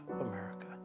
America